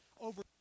over